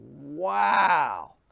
Wow